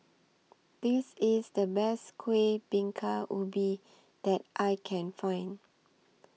This IS The Best Kuih Bingka Ubi that I Can Find